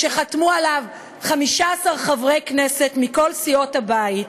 שחתמו עליו 15 חברי כנסת מכל סיעות הבית,